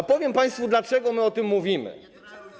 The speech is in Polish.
A powiem państwu, dlaczego my o tym mówimy.